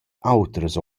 otras